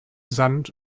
sand